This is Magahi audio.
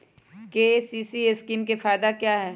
के.सी.सी स्कीम का फायदा क्या है?